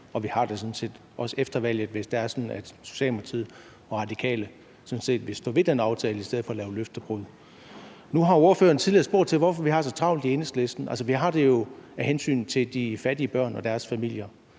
hvis det er sådan, at Socialdemokratiet og Radikale vil stå ved den aftale i stedet for at lave løftebrud. Nu har ordføreren tidligere spurgt, hvorfor vi i Enhedslisten har så travlt. Altså, det har vi jo af hensyn til de fattige børn og deres familier.